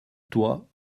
toi